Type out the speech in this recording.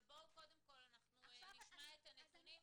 אבל בואו קודם כל אנחנו נשמע את הנתונים.